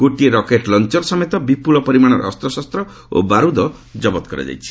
ଗୋଟିଏ rocket launcher ସମେତ ବିପୁଳ ପରିମାଣର ଅସ୍ତ୍ରଶସ୍ତ ଓ ବାରୁଦ ଜବତ କରାଯାଇଛି